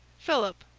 philip,